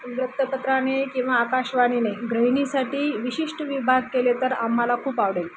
वृत्तपत्राने किंवा आकाशवाणीने गृहिणीसाठी विशिष्ट विभाग केले तर आम्हाला खूप आवडेल